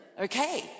Okay